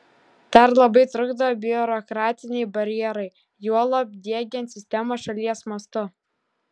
dar labai trukdo biurokratiniai barjerai juolab diegiant sistemą šalies mastu